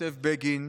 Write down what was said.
כותב בגין,